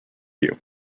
you